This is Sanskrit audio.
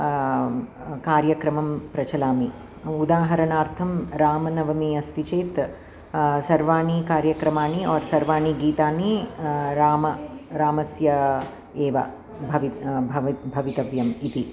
कार्यक्रमं प्रचालयामि उदहरणार्थम् रामनवमी अस्ति चेत् सर्वाणि कार्यक्रमाणि ओर् सर्वाणि गीतानि राम रामस्य एव भवति भवति भवितव्यम् इति